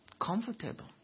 Comfortable